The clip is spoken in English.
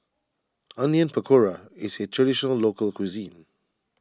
Onion Pakora is a Traditional Local Cuisine